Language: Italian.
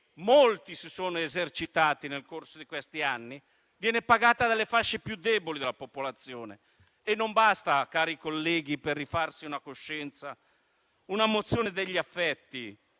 molti si sono esercitati nel corso di questi anni, viene pagata dalle fasce più deboli della popolazione. E non basta, cari colleghi, per rifarsi una coscienza, una mozione degli affetti